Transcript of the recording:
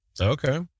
Okay